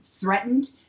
threatened